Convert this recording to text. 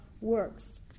works